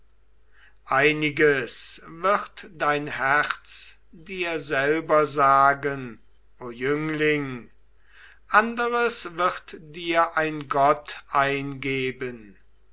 einiges wird dein herz dir selber sagen o jüngling anderes wird dir ein gott eingeben